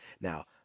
Now